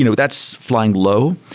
you know that's flying low.